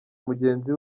mugenzi